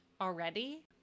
already